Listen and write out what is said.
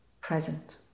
present